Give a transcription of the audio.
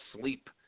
sleep